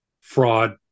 fraud